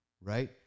right